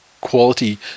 quality